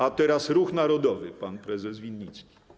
A teraz Ruch Narodowy - pan prezes Winnicki.